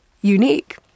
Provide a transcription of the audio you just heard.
unique